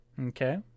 Okay